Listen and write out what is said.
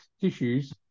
tissues